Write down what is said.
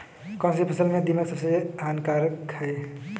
कौनसी फसल में दीमक सबसे ज्यादा हानिकारक है?